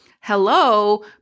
Hello